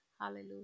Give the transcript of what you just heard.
Hallelujah